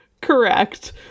correct